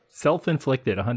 Self-inflicted